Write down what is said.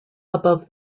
above